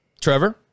Trevor